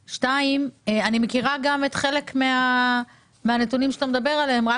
2. אני מכירה גם חלק מהנתונים שאתה מדבר עליהם רק